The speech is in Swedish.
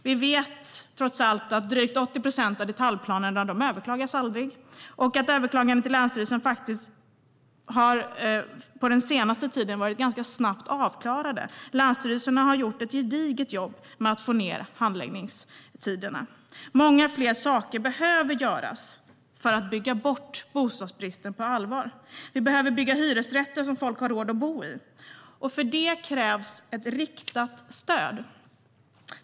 Vi vet trots allt att drygt 80 procent av detaljplanerna aldrig överklagas och att överklagandena till länsstyrelserna på senaste tiden faktiskt har varit ganska snabbt avklarade. Länsstyrelserna har gjort ett gediget jobb med att få ned handläggningstiderna. Många fler saker behöver göras för att på allvar bygga bort bostadsbristen. Vi behöver bygga hyresrätter som folk har råd att bo i, och för det krävs ett riktat statligt stöd.